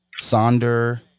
Sonder